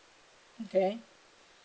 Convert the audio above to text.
okay